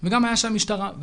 וגם הייתה שם משטרה.